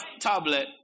tablet